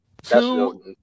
two